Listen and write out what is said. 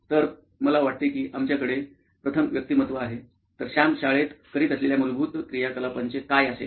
तर मला वाटते की आमच्याकडे प्रथम व्यक्तिमत्व आहे तर सॅम शाळेत करीत असलेल्या मूलभूत क्रियाकलापांचे काय असेल